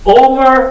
over